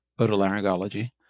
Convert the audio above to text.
otolaryngology